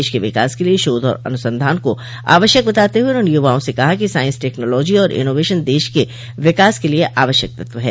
देश के विकास के लिए शोध और अनुसंधान को आवश्यक बताते हुए उन्होंने युवाओं से कहा कि साइंस टेक्नॉलाजी और इनोवेशन देश के विकास के लिए आवश्यक तत्व है